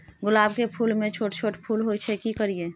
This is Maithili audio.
गुलाब के फूल में छोट छोट फूल होय छै की करियै?